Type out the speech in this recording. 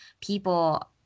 people